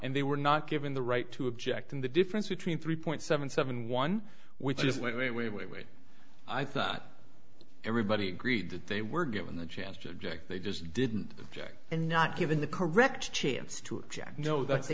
and they were not given the right to object and the difference between three point seven seven one which is like way way way way i thought everybody agreed that they were given the chance to object they just didn't object and not given the correct chance to object know that they